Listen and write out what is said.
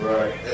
Right